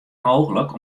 mooglik